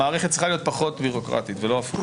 המערכת צריכה להיות בירוקרטית ולא הפוך.